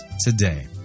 today